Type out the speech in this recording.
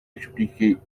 expliquer